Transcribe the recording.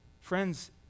Friends